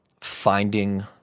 Finding